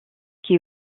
qui